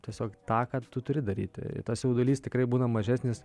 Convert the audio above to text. tiesiog tą ką tu turi daryti ir tas jaudulys tikrai būna mažesnis